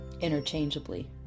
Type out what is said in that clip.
interchangeably